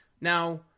Now